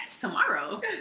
tomorrow